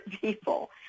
people